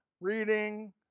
reading